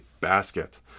basket